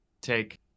take